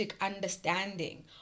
understanding